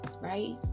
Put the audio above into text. right